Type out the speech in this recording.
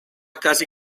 casi